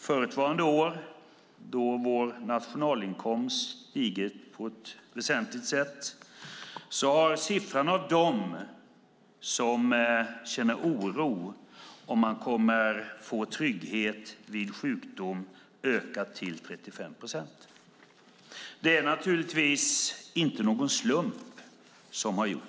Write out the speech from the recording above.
Förra året, då vår nationalinkomst stigit på ett väsentligt sätt, hade siffran för dem som känner oro för om de kommer att få trygghet vid sjukdom ökat till 35 procent. Det är givetvis ingen slump.